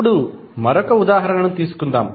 ఇప్పుడు మరొక ఉదాహరణ తీసుకుందాం